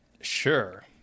sure